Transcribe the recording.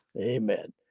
Amen